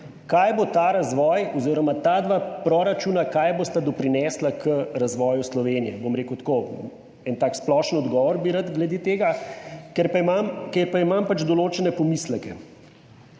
kaj bosta ta dva proračuna doprinesla k razvoju Slovenije. Bom rekel tako, en tak splošen odgovor bi rad glede tega, ker imam pač določene pomisleke.